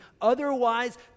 Otherwise